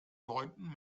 neunten